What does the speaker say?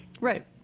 Right